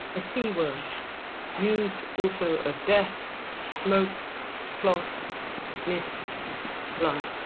a c word used also of death smoke cloth mist blood